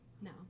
No